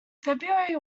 february